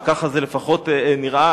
וכך זה לפחות נראה,